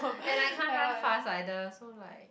and I can't run fast either so like